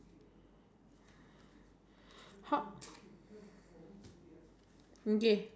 explore uh but then is like is quite nice you have been there you can see